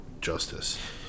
justice